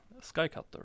Skycutter